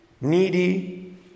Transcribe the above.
needy